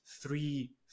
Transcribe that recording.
three